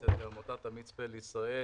נמצאת גם עמותת המצפה לישראל.